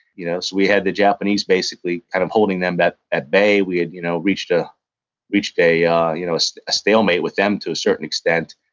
you know so we had the japanese, basically kind of holding them at bay. we had you know reached ah reached a ah you know so stalemate with them to a certain extent,